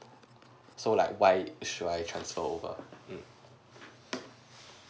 so like why should I transfer over um